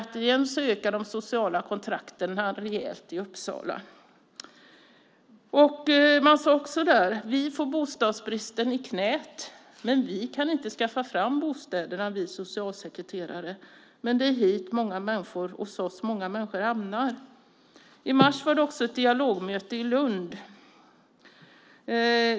Återigen ökar de sociala kontrakten rejält i Uppsala. De sade också: Vi får bostadsbristen i knäet. Vi socialsekreterare kan inte skaffa fram bostäderna, men det är hos oss många människor hamnar. I mars var det ett dialogmöte i Lund.